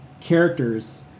characters